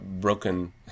broken